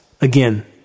again